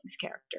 character